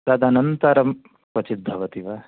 तदनन्तरं क्वचित् भवति वा